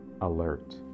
alert